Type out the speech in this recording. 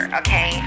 okay